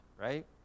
right